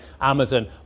Amazon